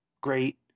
great